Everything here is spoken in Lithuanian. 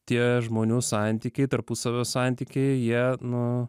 tie žmonių santykiai tarpusavio santykiai jie nu